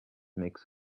makes